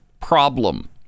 problem